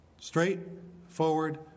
Straightforward